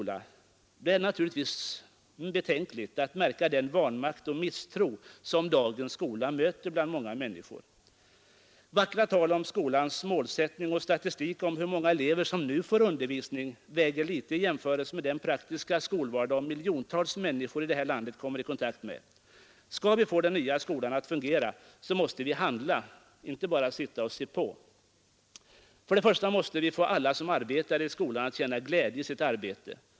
Vackra ord om skolans målsättning och statistik över hur många elever som nu får undervisning väger litet i jämförelse med den praktiska skolvardag som miljontals människor kommer i kontakt med i det här landet. Skall vi få den nya skolan att fungera måste vi handla — inte bara sitta och se på. För det första: Vi måste få alla som arbetar i skolan att känna glädje i sitt arbete.